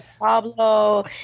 Pablo